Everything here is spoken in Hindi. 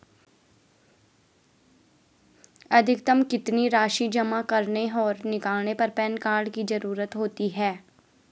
अधिकतम कितनी राशि जमा करने और निकालने पर पैन कार्ड की ज़रूरत होती है?